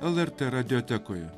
lrt radiotekoje